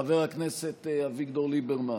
חבר הכנסת אביגדור ליברמן,